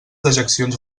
dejeccions